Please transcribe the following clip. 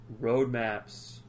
roadmaps